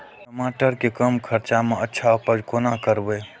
टमाटर के कम खर्चा में अच्छा उपज कोना करबे?